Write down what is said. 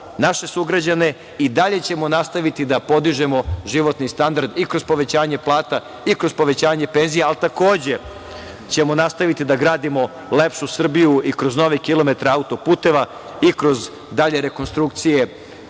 naše sugrađane, i dalje ćemo nastaviti da podižemo životni standard i kroz povećanje plata i kroz povećanje penzija, ali takođe ćemo nastaviti da gradimo lepšu Srbiju i kroz nove kilometre auto-puteva i kroz dalje rekonstrukcije